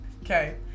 okay